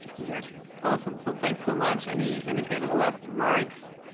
gotcha, awesome. so thanks so much. any any kind of last remarks?